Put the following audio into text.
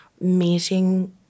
meeting